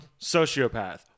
sociopath